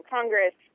Congress